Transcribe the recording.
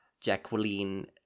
Jacqueline